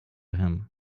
him